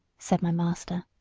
said my master.